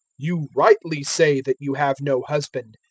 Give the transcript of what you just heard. you rightly say that you have no husband,